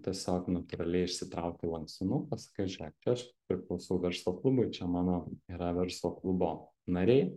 tiesiog natūraliai išsitrauki lankstinuką sakai žėk čia aš priklausau verslo klubui čia mano yra verslo klubo nariai